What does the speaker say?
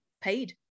paid